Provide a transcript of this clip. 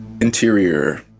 Interior